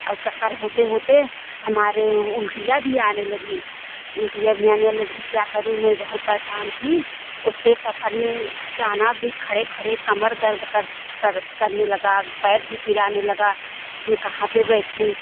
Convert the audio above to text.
और चक्कर होते होते हमारे उ उल्टियाँ भी आने लगीं उल्टियाँ भी आने लगी क्या करूं मैं बहुत परेशान थी उत्ते सफ़र में जाना भी खड़े खड़े कमर दर्द कर कर करने लगा पैर भी पिराने लगा मैं कहाँ पे बैठूँ